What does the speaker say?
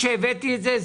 כשהבאתי את זה,